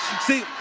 See